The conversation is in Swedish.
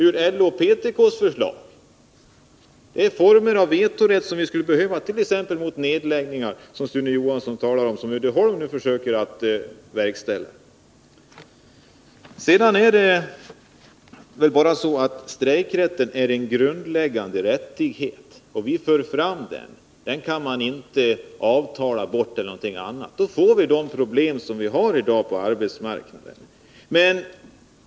Vi skulle behöva någon form av vetorätt, t.ex. för att motverka de planer på nedläggningar som Sune Johansson talade om och som Uddeholms AB nu försöker verkställa. Strejkrätten är en grundläggande rättighet, och vi för fram denna. Den kan man inte avtala bort eller på annat sätt komma ifrån. I så fall får vi ha kvar de problem som vi i dag har på arbetsmarknaden.